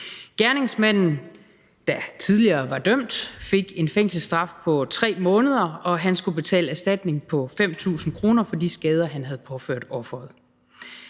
Gerningsmanden, der er tidligere dømt, fik en fængselsstraf på 3 måneder, og han skulle betale en erstatning på 5.000 kr. for de skader, han havde påført offeret.